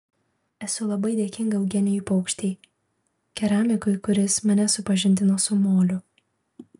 esu labai dėkinga eugenijui paukštei keramikui kuris mane supažindino su moliu